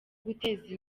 guteza